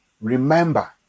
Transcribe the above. remember